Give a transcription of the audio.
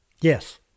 Yes